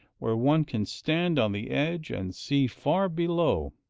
where one can stand on the edge and see, far below,